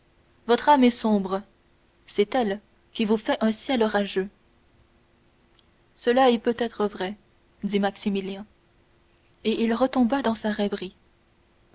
votre âme est sombre c'est elle qui vous fait un ciel orageux cela est peut-être vrai dit maximilien et il retomba dans sa rêverie